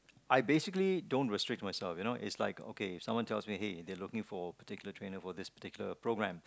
I basically don't restrict myself you know it's like okay if someone tells me hey they are looking for particular trainer for this particular programme